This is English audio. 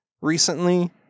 recently